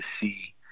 see